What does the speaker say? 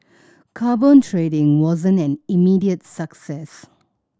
carbon trading wasn't an immediate success